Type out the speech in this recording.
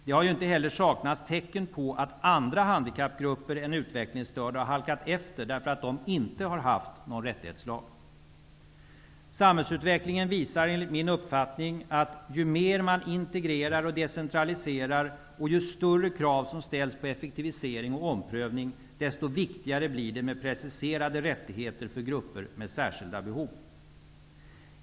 Det har heller inte saknats tecken på att andra handikappgrupper utöver de utvecklingsstörda har halkat efter därför att de inte har haft någon rättighetslag. Samhällsutvecklingen visar enligt min uppfattning att ju mer man integrerar och decentraliserar och ju större krav som ställs på effektivisering och omprövning, desto viktigare blir det med preciserade rättigheter för grupper med särskilda behov.